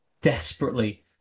desperately